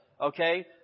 okay